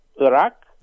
Iraq